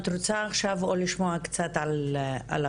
את רוצה עכשיו או לשמוע קצת החינוך,